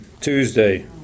Tuesday